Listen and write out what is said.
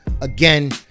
again